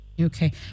Okay